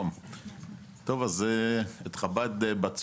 תודה רבה לך ד"ר טל ניר.